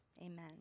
amen